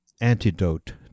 antidote